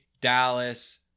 dallas